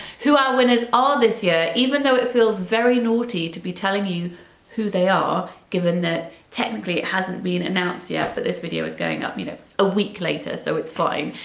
who our winners are ah this year, even though it feels very naughty to be telling you who they are given that technically it hasn't been announced yet but this video is going up, you know, a week later so it's fine.